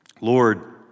Lord